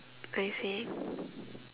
I see